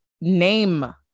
name